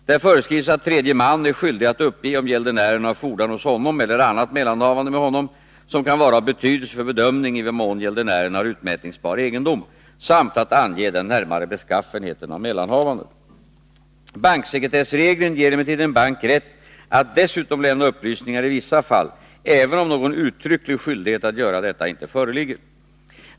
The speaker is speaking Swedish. Där föreskrivs att tredje man är skyldig att uppge om gäldenären har fordran hos honom eller annat mellanhavande med honom, som kan vara av betydelse för bedömning i vad mån gäldenären har utmätningsbar egendom, samt att ange den närmare beskaffenheten av mellanhavandet. Banksekretessregeln ger emellertid en bank rätt att dessutom lämna upplysningar i vissa fall även om någon uttrycklig skyldighet att göra detta inte föreligger.